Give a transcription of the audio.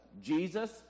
Jesus